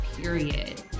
period